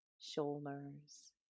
shoulders